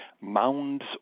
mounds